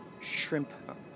shrimp